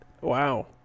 Wow